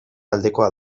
aldekoa